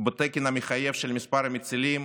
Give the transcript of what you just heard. בתקן המחייב של מספר המצילים,